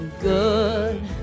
good